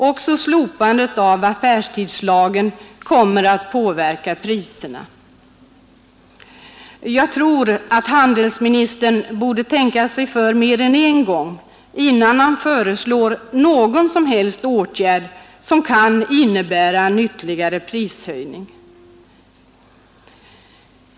Också slopandet av affärstidslagen kommer att påverka priserna. Jag tror att handelsministern bör tänka sig för mer än en gång innan han föreslår någon som helst åtgärd som kan innebära ytterligare prishöjning.